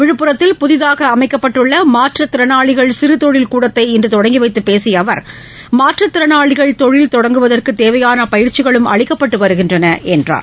விழுப்புரத்தில் புதிதாக அமைக்கப்பட்டுள்ள மாற்றுத் திறனாளிகள் சிறு தொழில் கூடத்தை இன்று தொடங்கி வைத்து பேசிய அவர் மாற்றுத் திறனாளிகள் தொழில் தொடங்குவதற்கு தேவையான பயிற்சிகளும் அளிக்கப்பட்டு வருகிறது என்றார்